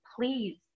please